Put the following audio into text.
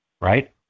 right